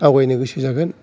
आवगायनो गोसो जागोन